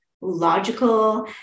logical